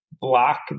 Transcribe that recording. block